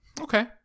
okay